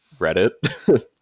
reddit